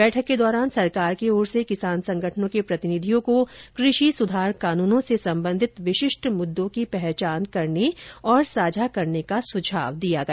बैठक के दौरान सरकार की ओर से किसान संगठनों के प्रतिनिधियों को कृषि सुधार कानूनों से संबंधित विशिष्ट मुददों की पहचान करने और साझा करने का सुझाव दिया गया